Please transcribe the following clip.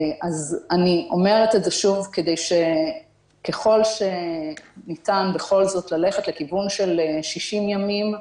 אני אומרת את זה שוב כדי שככל שניתן בכל זאת ללכת לכיוון של 60 ימים,